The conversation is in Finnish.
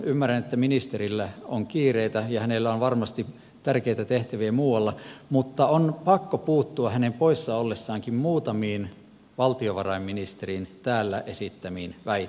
ymmärrän että ministerillä on kiireitä ja hänellä on varmasti tärkeitä tehtäviä muualla mutta on pakko puuttua hänen poissa ollessaankin muutamiin valtiovarainministerin täällä esittämiin väitteisiin